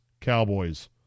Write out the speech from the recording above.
Cowboys